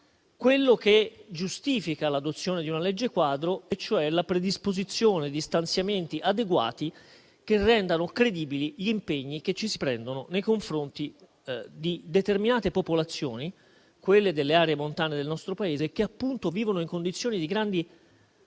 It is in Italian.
quello che giustifica l'adozione di una legge quadro, e cioè la predisposizione di stanziamenti adeguati che rendano credibili gli impegni che si prendono nei confronti di determinate popolazioni, quelle delle aree montane del nostro Paese, che appunto vivono in condizioni di grande fragilità